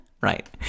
Right